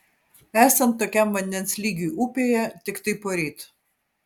esant tokiam vandens lygiui upėje tiktai poryt